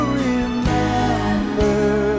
remember